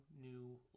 new